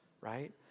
Right